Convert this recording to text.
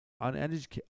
uneducated